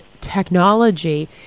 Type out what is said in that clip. technology